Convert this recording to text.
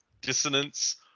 Dissonance